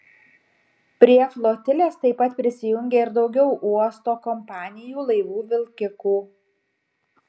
prie flotilės taip pat prisijungė ir daugiau uosto kompanijų laivų vilkikų